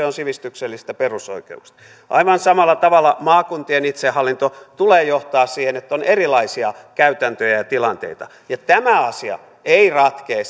on sivistyksellisistä perusoikeuksista aivan samalla tavalla maakuntien itsehallinto tulee johtamaan siihen että on erilaisia käytäntöjä ja ja tilanteita ja tämä asia ei ratkea